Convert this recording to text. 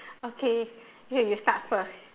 okay ya you start first